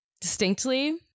distinctly